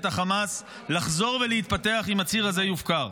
החמאס לחזור ולהתפתח אם הציר הזה יופקר.